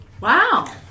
Wow